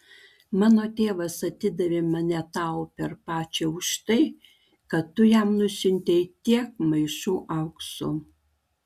mano tėvas atidavė mane tau per pačią už tai kad tu jam nusiuntei tiek maišų aukso